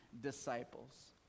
disciples